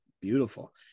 beautiful